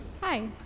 Hi